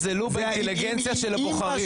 אל תזלזלו באינטליגנציה של הבוחרים.